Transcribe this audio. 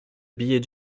billets